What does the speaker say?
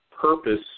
purpose